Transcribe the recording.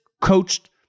coached